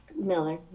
miller